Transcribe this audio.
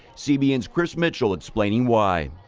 cbn chris mitchell explains why.